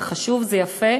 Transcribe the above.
זה חשוב, זה יפה,